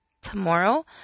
tomorrow